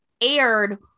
aired